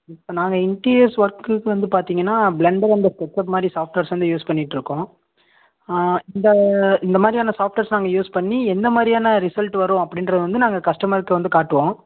இப்போ நாங்கள் இன்டீரியர்ஸ் ஒர்க்குக்கு வந்து பார்த்தீங்கன்னா பிளெண்டர் அண்ட் ஸ்கெட்ச்அப் மாதிரி சாஃப்ட்வேர்ஸ் வந்து யூஸ் பண்ணிட்டிருக்கோம் இந்த இந்த மாதிரியான சாஃப்ட்வேர்ஸ் நாங்கள் யூஸ் பண்ணி எந்த மாதிரியான ரிசல்ட் வரும் அப்படின்றது வந்து நாங்கள் கஸ்டமருக்கு வந்து காட்டுவோம்